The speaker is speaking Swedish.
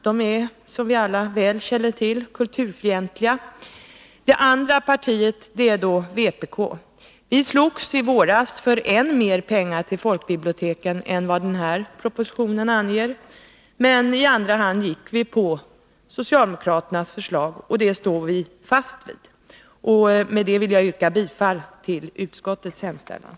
De är, som vi alla väl känner till, kulturfientliga. Det andra partiet är vpk. Vi slogs i våras för än mer pengar till folkbiblioteken än vad den här propositionen anger, men i andra hand gick vi på socialdemokraternas förslag, och det står vi fast vid. Med detta vill jag yrka bifall till utskottets hemställan.